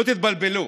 תתבלבלו,